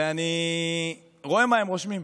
ואני רואה מה הם כותבים,